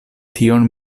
tion